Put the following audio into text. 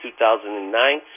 2009